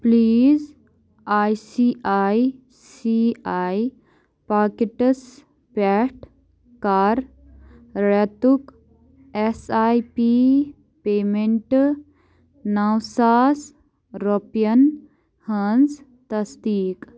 please I C I C I pockets پٮ۪ٹھ کَر رٮ۪تُک اٮ۪س آی پی پیمٮ۪نٛٹ نَو ساس رۄپیَن ہٕنٛز تصدیٖق